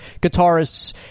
guitarists